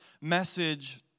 message